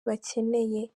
bakeneye